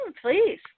Please